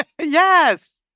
Yes